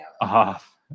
off